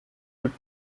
could